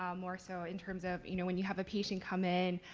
um more so in terms of you know when you have a patient come in,